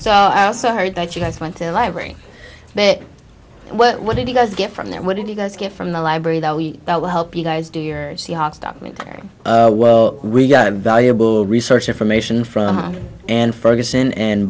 so i also heard that you guys went to the library but what did you guys get from there what did you guys get from the library that we that will help you guys do your seahawks document very well we got valuable research information from us and